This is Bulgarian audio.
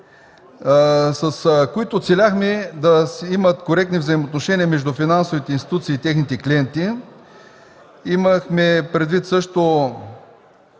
с които искахме да има коректни взаимоотношения между финансовите институции и техните клиенти. Имахме предвид също